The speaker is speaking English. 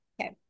Okay